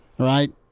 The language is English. Right